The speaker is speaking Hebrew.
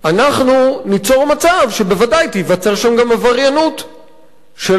אנחנו ניצור מצב שבוודאי תיווצר שם גם עבריינות של אותם